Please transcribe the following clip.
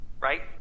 right